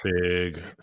big